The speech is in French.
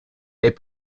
est